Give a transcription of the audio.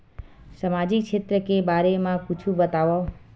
सामाजिक क्षेत्र के बारे मा कुछु बतावव?